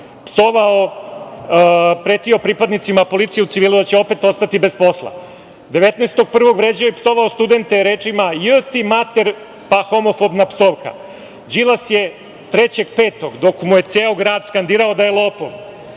psovao, pretio pripadnicima policije u civilu, da će opet ostati bez posla, 19. januara je vređao i psovao studente, rečima „j… ti mater“ pa homofobna psovka. Đilas je 3. maja, dok mu je ceo grad skandirao da je lopov,